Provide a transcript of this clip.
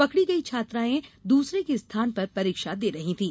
पकड़ी गयी छात्राएं दूसरे के स्थाना पर परीक्षा दे रही थीं